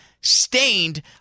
stained